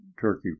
Turkey